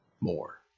more